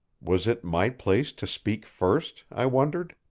was it my place to speak first? i wondered.